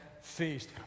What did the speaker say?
feast